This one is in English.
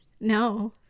No